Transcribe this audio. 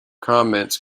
comments